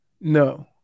No